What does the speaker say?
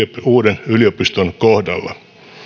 uuden yliopiston kohdalla